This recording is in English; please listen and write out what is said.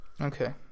Okay